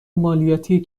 مالیاتی